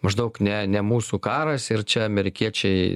maždaug ne ne mūsų karas ir čia amerikiečiai